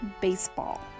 baseball